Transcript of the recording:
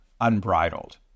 unbridled